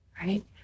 right